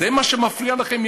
זה מה שמפריע לכם,